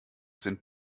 sind